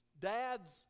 dads